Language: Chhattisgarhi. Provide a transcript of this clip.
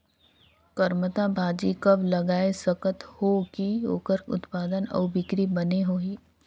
करमत्ता भाजी कब लगाय सकत हो कि ओकर उत्पादन अउ बिक्री बने होही?